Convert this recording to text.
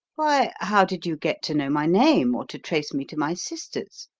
why, how did you get to know my name, or to trace me to my sister's?